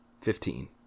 Fifteen